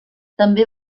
també